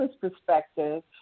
perspective